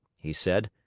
he said,